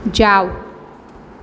જાવ